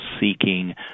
seeking